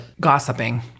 gossiping